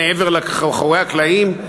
מעבר לאחורי הקלעים.